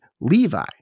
Levi